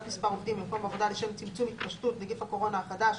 מספר העובדים במקום עבודה לשם צמצום התפשטות נגיף הקורונה החדש),